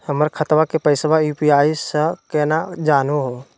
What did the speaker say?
हमर खतवा के पैसवा यू.पी.आई स केना जानहु हो?